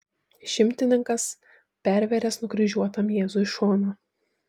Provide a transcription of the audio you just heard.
šimtininkas pervėręs nukryžiuotam jėzui šoną